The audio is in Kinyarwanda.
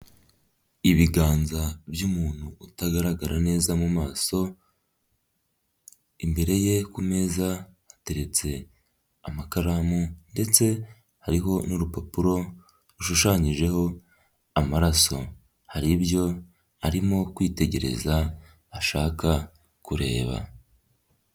Ibiganza by'umuntu utagaragara neza mu maso. Imbere ye ku meza hateretse amakaramu ndetse hariho n'urupapuro rushushanyijeho amaraso. Hari ibyo arimo kwitegereza ashaka kureba.